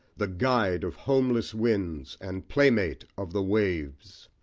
the guide of homeless winds, and playmate of the waves!